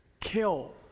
kill